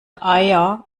eier